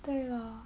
对咯